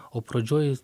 o pradžioj